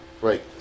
right